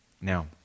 Now